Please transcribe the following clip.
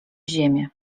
ziemię